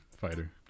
Fighter